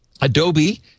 Adobe